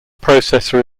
processor